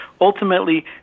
ultimately